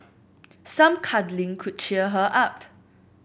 some cuddling could cheer her up